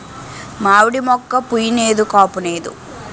మావిడి మోక్క పుయ్ నేదు కాపూనేదు